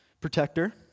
protector